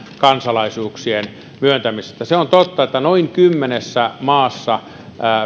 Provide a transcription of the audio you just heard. kansalaisuuksien myöntämisestä se on totta että noin kymmenessä maassa